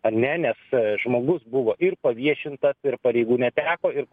ar ne nes žmogus buvo ir paviešintas ir pareigų neteko ir